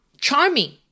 charming